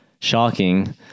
Shocking